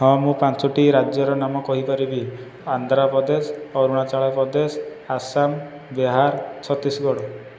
ହଁ ମୁଁ ପାଞ୍ଚୋଟି ରାଜ୍ୟର ନାମ କହିପାରିବି ଆନ୍ଧ୍ର ପ୍ରଦେଶ ଅରୁଣାଚଳ ପ୍ରଦେଶ ଆସାମ ବିହାର ଛତିଶଗଡ଼